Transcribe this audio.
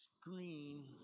screen